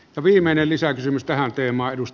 ja viimeinen lisäkysymys tähän teemaan